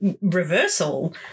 reversal